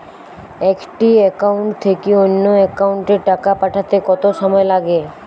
একটি একাউন্ট থেকে অন্য একাউন্টে টাকা পাঠাতে কত সময় লাগে?